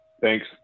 Thanks